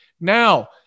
Now